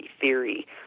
theory